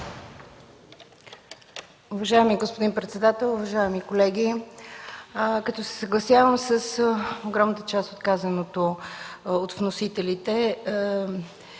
Уважаеми господин председател, уважаеми колеги! Като се съгласявам с огромната част от казаното от вносителите